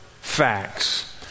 facts